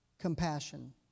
compassion